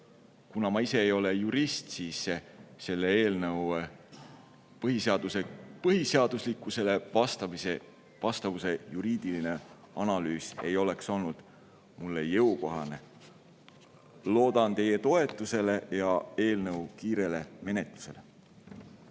Kuna ma ise ei ole jurist, siis ei oleks selle eelnõu põhiseadusele vastavuse juriidiline analüüs olnud mulle jõukohane. Loodan teie toetusele ja eelnõu kiiret menetlemist.